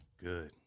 Good